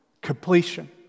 completion